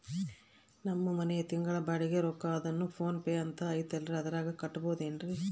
ನಮ್ಮ ಮನೆಯ ತಿಂಗಳ ಬಾಡಿಗೆ ರೊಕ್ಕ ಅದೇನೋ ಪೋನ್ ಪೇ ಅಂತಾ ಐತಲ್ರೇ ಅದರಾಗ ಕಟ್ಟಬಹುದೇನ್ರಿ?